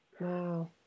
Wow